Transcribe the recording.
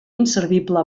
inservible